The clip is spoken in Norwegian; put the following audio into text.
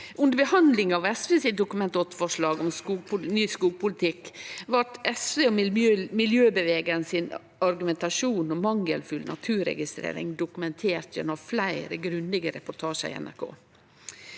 Under behandlinga av SV sitt Dokument 8-forslag om ny skogpolitikk blei SV og miljøbevegelsen sin argumentasjon om mangelfull naturregistrering dokumentert gjennom fleire grundige reportasjar i NRK.